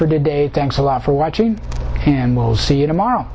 for today thanks a lot for watching and we'll see you tomorrow